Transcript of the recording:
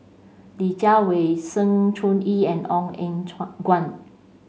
Li Jiawei Sng Choon Yee and Ong Eng Guan